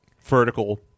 vertical